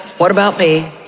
what about me,